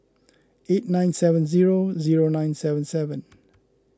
eight nine seven zero zero nine seven seven